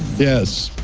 yes.